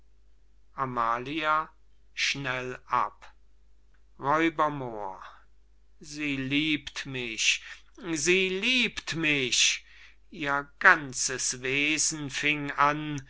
amalia amalia schnell ab moor sie liebt mich sie liebt mich ihr ganzes wesen fieng an